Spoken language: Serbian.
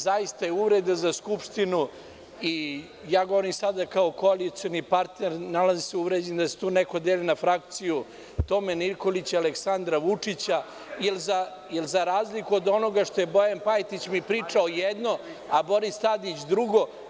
Zaista je uvreda za Skupštinu i govorim sada kao koalicioni partner, nalazim se uvređen da se tu neko dere na frakciju Tome Nikolića, Aleksandra Vučića ili za razliku od onoga što je Bojan Pajtić mi pričao jedno, a Boris Tadić drugo.